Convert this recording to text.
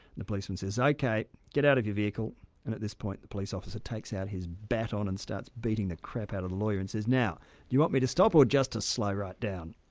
the policeman says, ok, get out of your vehicle. and at this point the police officer takes out his baton and starts beating the crap out of the lawyer and says, now, do you want me to stop, or just to slow right down?